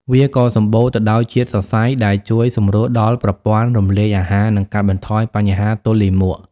វាក៏សម្បូរទៅដោយជាតិសរសៃដែលជួយសម្រួលដល់ប្រព័ន្ធរំលាយអាហារ និងកាត់បន្ថយបញ្ហាទល់លាមក។